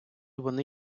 вони